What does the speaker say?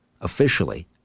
Officially